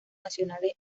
nacionales